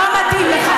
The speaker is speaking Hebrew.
לא מתאים לך.